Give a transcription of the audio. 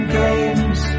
games